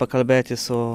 pakalbėti su